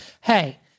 Hey